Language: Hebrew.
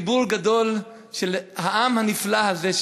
חיבור גדול של העם הנפלא הזה,